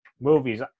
movies